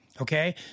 okay